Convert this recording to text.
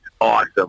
awesome